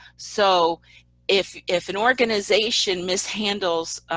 so if if an organization mishandles,